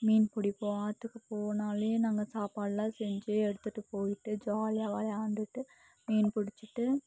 மீன் பிடிப்போம் ஆற்றுக்குப் போனாலே நாங்கள் சாப்பாடுலாம் செஞ்சு எடுத்துகிட்டுப் போயிவிட்டு ஜாலியாக விளையாண்டுட்டு மீன் பிடிச்சிட்டு